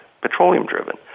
petroleum-driven